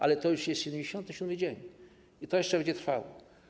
Ale to jest już 77. dzień i to jeszcze będzie trwało.